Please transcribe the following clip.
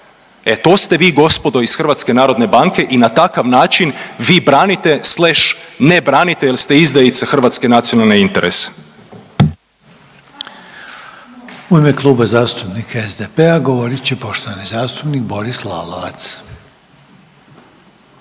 E to ste vi, gospodo iz HNB-a i na takav način vi branite/ne branite jer ste izdajice hrvatske nacionalne interese. **Reiner, Željko (HDZ)** U ime Kluba zastupnika SDP-a govorit će poštovani zastupnik Boris Lalovac.